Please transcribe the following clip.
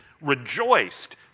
rejoiced